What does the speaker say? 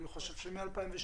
אני חושב שמ-2012.